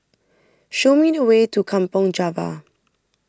show me the way to Kampong Java